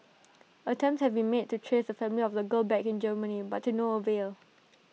attempts have been made to trace the family of the girl back in Germany but to no avail